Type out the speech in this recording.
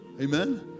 Amen